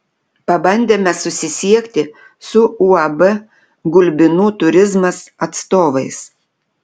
pabandėme susisiekti su uab gulbinų turizmas atstovais